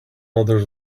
others